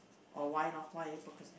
or why lor why are you procrastinate